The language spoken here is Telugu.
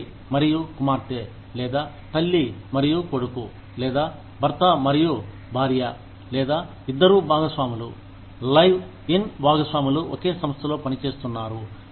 తండ్రి మరియు కుమార్తె లేదా తల్లి మరియు కొడుకు లేదా భర్త మరియు భార్య లేదా ఇద్దరూ భాగస్వాములు లైవ్ ఇన్ భాగస్వాములు ఒకే సంస్థలో పనిచేస్తున్నారు